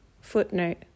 Footnote